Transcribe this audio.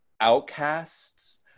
outcasts